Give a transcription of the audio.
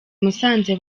musanze